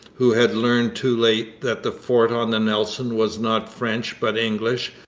who had learned too late that the fort on the nelson was not french but english,